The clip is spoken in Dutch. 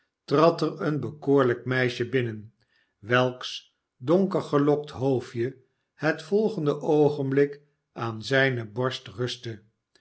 trad er een bekoorlijk meisje binnen welksdonker gelokt hoofdje het volgende oogenblik aan zijne borst rustte